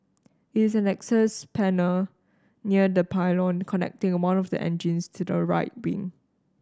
it is an access panel near the pylon connecting one of the engines to the right wing